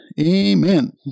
amen